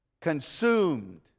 consumed